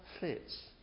fits